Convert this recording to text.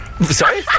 Sorry